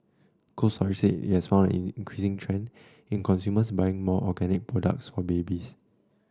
Cold Storage said it has found an increasing trend in consumers buying more organic products for babies